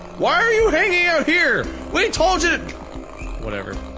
why are you hanging out here! we told you whatever.